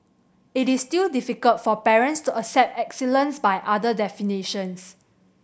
it is still difficult for parents to accept excellence by other definitions